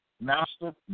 Master